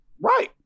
Right